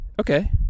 Okay